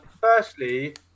Firstly